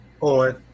On